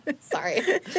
sorry